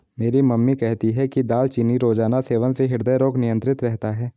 मेरी मम्मी कहती है कि दालचीनी रोजाना सेवन से हृदय रोग नियंत्रित रहता है